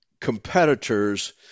competitors